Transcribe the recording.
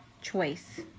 choice